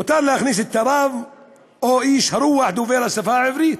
מותר להכניס את הרב או את איש הרוח דובר השפה העברית.